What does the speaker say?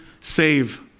save